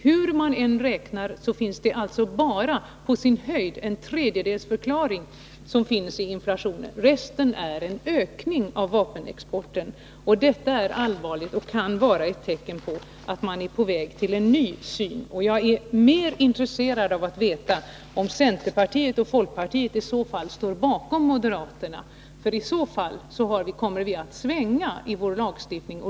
Hur man än räknar finns det på sin höjd en tredjedels förklaring i inflationen, resten är en ökning av vapenexporten. Detta är allvarligt och kan vara ett tecken på att man är på väg mot en ny syn. Jag är intresserad av att veta om centerpartiet och folkpartiet står bakom moderaterna i denna fråga, för i så fall kommer vår lagstiftning att svänga.